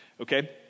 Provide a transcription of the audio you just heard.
Okay